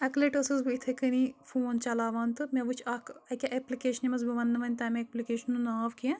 اَکہِ لَٹہِ ٲسٕس بہٕ یِتھَے کَنی فون چَلاوان تہٕ مےٚ وٕچھ اَکھ اَکہِ اٮ۪پلِکیشنہِ منٛز بہٕ وَنہٕ نہٕ وۄنۍ تَمہِ اٮ۪پلِکیشنہِ ہُنٛد ناو کینٛہہ